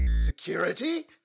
Security